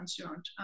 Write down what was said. concerned